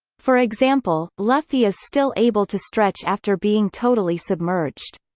for example, luffy is still able to stretch after being totally submerged.